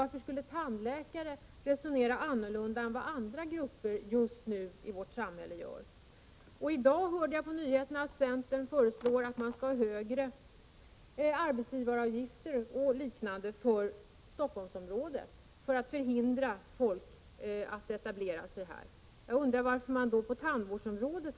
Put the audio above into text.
Varför skulle tandläkare resonera på annat sätt än andra grupper i samhället gör just nu? Jag hörde på nyheterna i dag att centern föreslår höjningar av arbetsgivaravgifter och liknande för Stockholmsområdet för att förhindra folk att etablera sig här. Varför har man då den här inställningen på tandvårdsområdet?